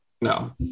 no